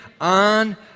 on